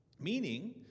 meaning